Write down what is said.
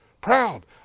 proud